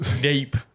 deep